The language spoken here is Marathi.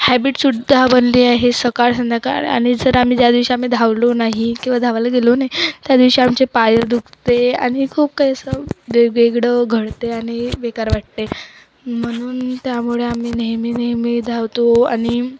हॅबीटसुद्धा बनली आहे सकाळ संध्याकाळ आणि जर आम्ही ज्या दिवशी आम्ही धावलो नाही किंवा धावायला गेलो नाही त्यादिवशी आमचे पाय दुखते आणि खूप काही असं वेगवेगळं घडते आणि बेकार वाटते म्हणून त्यामुळे आम्ही नेहमी नेहमी धावतो आणि